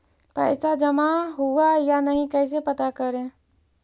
पैसा जमा हुआ या नही कैसे पता करे?